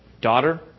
daughter